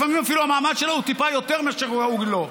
לפעמים אפילו המעמד שלו הוא טיפה יותר מאשר הוא ראוי לו,